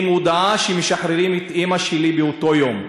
הודעה שמשחררים את אימא שלי באותו היום,